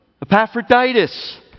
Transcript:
Epaphroditus